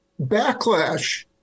backlash